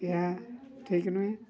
ଏହା ଠିକ୍ ନୁହେଁ